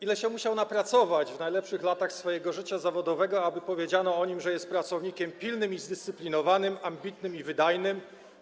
Ile się musiał napracować w najlepszych latach swojego życia zawodowego, aby powiedziano o nim, że jest pracownikiem pilnym i zdyscyplinowanym, ambitnym i wydajnym?